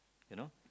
you know